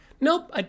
nope